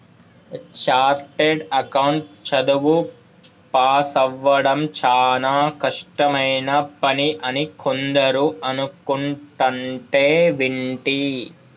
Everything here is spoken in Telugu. చార్టెడ్ అకౌంట్ చదువు పాసవ్వడం చానా కష్టమైన పని అని కొందరు అనుకుంటంటే వింటి